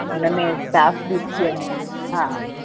उन में साफ़ बि थी वञनि हा